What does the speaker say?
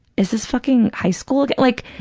is this fucking high school? like,